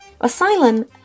Asylum